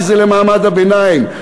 כי זה למעמד הביניים.